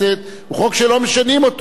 אבל אם אנחנו נשנה אותו כל יום,